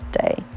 day